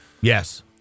Yes